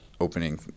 opening